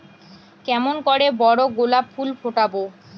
কেমন করে বড় গোলাপ ফুল ফোটাব?